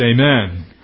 Amen